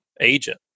agent